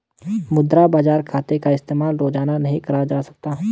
मुद्रा बाजार खाते का इस्तेमाल रोज़ाना नहीं करा जा सकता